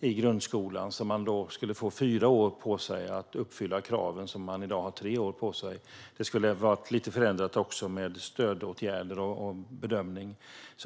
i grundskolan. Då skulle man få fyra år på sig att uppfylla de krav som man i dag har tre år på sig för. Det skulle ha varit lite förändringar även med stödåtgärder och bedömning.